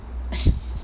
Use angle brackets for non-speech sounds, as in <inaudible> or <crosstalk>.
<laughs>